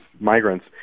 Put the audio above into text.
migrants